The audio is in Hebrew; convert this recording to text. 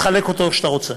תחלק אותו איך שאתה רוצה.